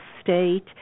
state